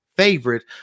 Favorite